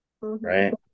Right